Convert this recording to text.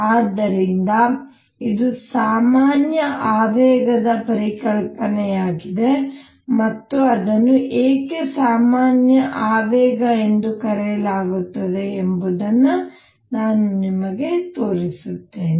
ಆದ್ದರಿಂದ ಇದು ಸಾಮಾನ್ಯ ಆವೇಗದ ಪರಿಕಲ್ಪನೆಯಾಗಿದೆ ಮತ್ತು ಅದನ್ನು ಏಕೆ ಸಾಮಾನ್ಯ ಆವೇಗ ಎಂದು ಕರೆಯಲಾಗುತ್ತದೆ ಎಂಬುದನ್ನು ನಾನು ನಿಮಗೆ ತೋರಿಸುತ್ತೇನೆ